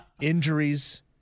injuries